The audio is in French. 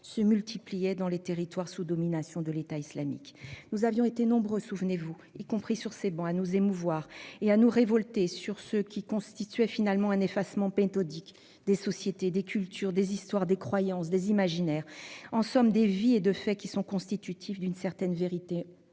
se multipliaient dans les territoires sous domination de l'État islamique. Nous avions alors été nombreux, y compris sur ses travées, à nous émouvoir et nous révolter contre ce qui constituait un effacement méthodique de sociétés, de cultures, d'histoires, de croyances, d'imaginaires, en somme de vies et de faits qui sont constitutifs d'une certaine vérité